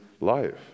life